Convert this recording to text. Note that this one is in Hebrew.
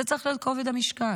זה צריך להיות כובד המשקל.